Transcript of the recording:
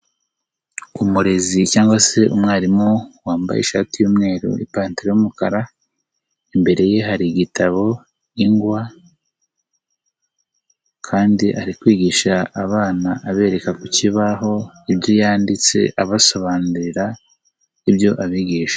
Umurezi cyangwa se umwarimu wambaye ishati y'umweru n'ipantaro y'umukara, imbere ye hari igitabo, ingwa kandi ari kwigisha abana abereka ku kibaho ibyo yanditse abasobanurira ibyo abigisha.